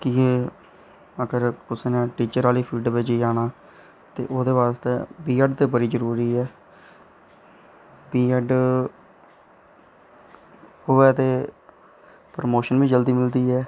कि के अगर कुसै नै टीचर आह्ली फील्ड बिच्च जाना ऐ ते ओह्दे आस्तै बी ऐड ते बड़ी जरूरी ऐ बी ऐड होऐ ते परमोशन बी जल्दी मिलदी ऐ